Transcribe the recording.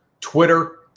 Twitter